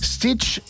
Stitch